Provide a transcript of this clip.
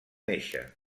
nàixer